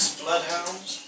bloodhounds